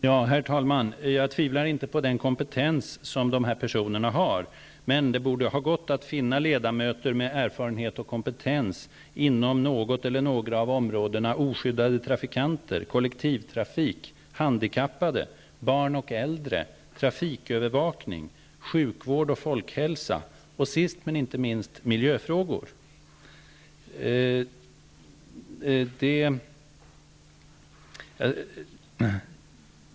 Herr talman! Jag tvivlar inte på den kompetens dessa personer har. Men det borde ha gått att finna ledamöter med erfarenhet och kompetens inom något eller några av områdena oskyddade trafikanter, kollektivtrafik, handikappade, barn och äldre, trafikövervakning, sjukvård och folkhälsa samt -- sist men inte minst -- miljöfrågor.